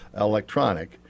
electronic